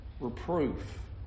Reproof